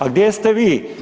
A gdje ste vi?